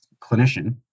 clinician